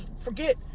forget